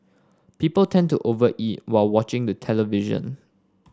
people tend to over eat while watching the television